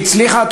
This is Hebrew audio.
והיא הצליחה,